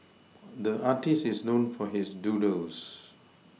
the artist is known for his doodles